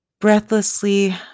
Breathlessly